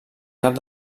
cap